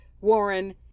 Warren